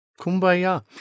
Kumbaya